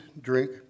drink